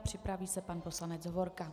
Připraví se pan poslanec Hovorka.